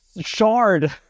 shard